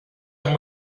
amb